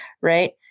right